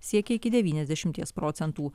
siekia iki devyniasdešimies procentų